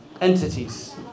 entities